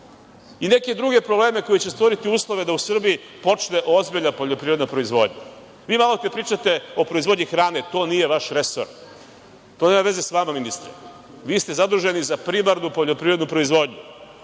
i neke druge probleme koji će stvoriti uslove da u Srbiji počne ozbiljna poljoprivredna proizvodnja. Malopre pričate o proizvodnji hrane. To nije vaš resor. To nema veze sa vama, ministre. Vi ste zaduženi za primarnu poljoprivrednu proizvodnju.